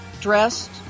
dressed